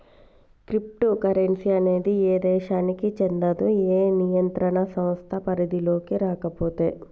crypto currency అనేది ఏ దేశానికీ చెందదు, ఏ నియంత్రణ సంస్థ పరిధిలోకీ రాకపాయే